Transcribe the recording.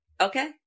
okay